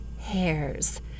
hairs